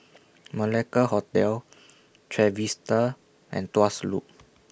Malacca Hotel Trevista and Tuas Loop